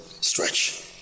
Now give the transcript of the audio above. Stretch